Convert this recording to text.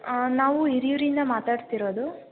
ಆಂ ನಾವು ಹಿರಿಯೂರಿಂದ ಮಾತಾಡ್ತಿರೋದು